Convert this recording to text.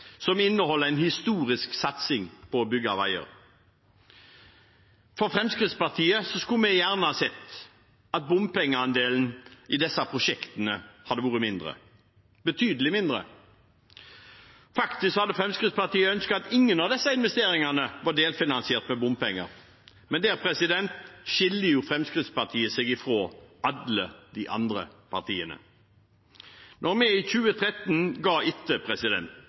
som inneholder en historisk satsing på å bygge veier. Vi i Fremskrittspartiet skulle gjerne sett at bompengeandelen i disse prosjektene hadde vært mindre, betydelig mindre. Faktisk hadde Fremskrittspartiet ønsket at ingen av disse investeringene var delfinansiert med bompenger, men der skiller Fremskrittspartiet seg fra alle de andre partiene. Da vi i 2013 ga etter